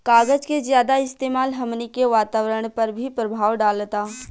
कागज के ज्यादा इस्तेमाल हमनी के वातावरण पर भी प्रभाव डालता